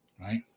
right